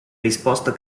risposto